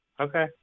Okay